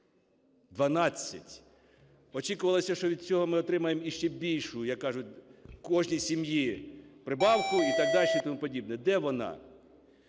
12! Очікувалося, що від цього ми отримаємо ще більшу, як кажуть, в кожній сім'ї прибавку і так далі, і тому